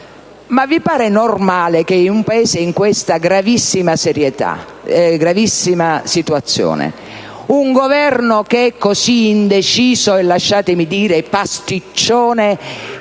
Ma vi pare normale che in un Paese che si trova in questa gravissima situazione un Governo, che è così indeciso e - lasciatemi dire - pasticcione